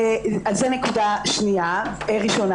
זו נקודה ראשונה.